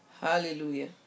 hallelujah